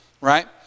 right